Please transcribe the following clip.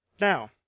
Now